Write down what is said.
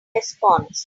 response